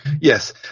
yes